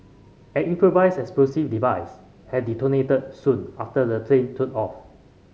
an improvised explosive device had detonated soon after the plane took off